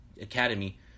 Academy